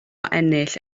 ennill